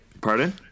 Pardon